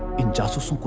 injustice